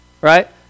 Right